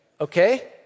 okay